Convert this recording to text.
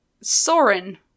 Soren